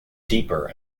deeper